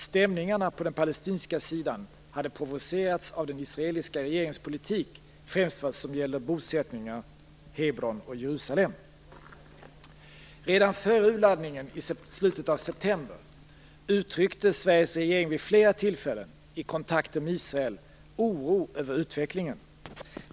Stämmningarna på den palestinska sidan hade provocerats av den israeliska regeringens politik, främst vad gäller bosättningar, Hebron och Redan före urladdningen i slutet av september uttryckte Sveriges regering vid flera tillfällen i kontakter med Israel oro över utvecklingen.